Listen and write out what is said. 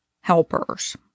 helpers